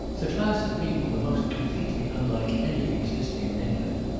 the class of people the most completely unlike any existing in england,